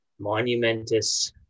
monumentous